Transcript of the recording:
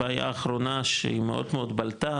בעיה אחרונה שהיא מאוד מאוד בלטה,